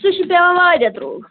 سُہ چھِ پیٚوان واریاہ درٛۅگ